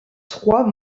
trois